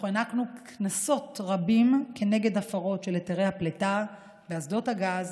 אנחנו נתנו קנסות רבים על הפרות של היתרי הפליטה באסדות הגז,